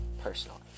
personally